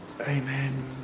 Amen